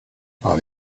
par